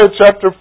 chapter